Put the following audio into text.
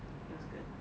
it was good